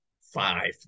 five